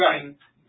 Right